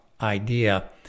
idea